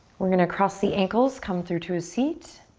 we're gonna cross the ankles, come through to a seat.